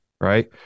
right